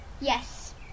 Yes